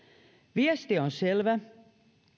viesti on selvä